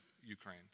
Ukraine